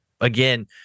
again